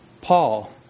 Paul